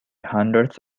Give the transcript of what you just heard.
hundreds